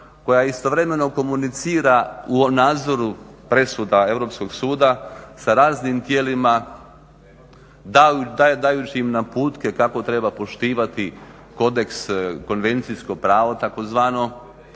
koja istovremeno komunicira o nadzoru presuda europskog suda sa raznim tijelima, dajući im naputke kako treba poštivati kodeks konvencijsko pravo tzv.,